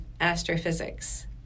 astrophysics